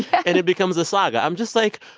and it becomes a saga. i'm just like,